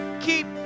keep